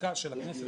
בחקיקה של הכנסת,